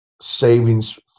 savings